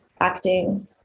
acting